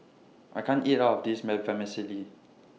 I can't eat All of This